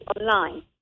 online